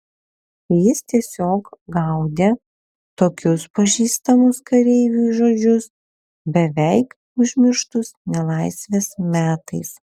jis tiesiog gaudė tokius pažįstamus kareiviui žodžius beveik užmirštus nelaisvės metais